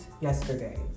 yesterday